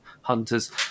hunters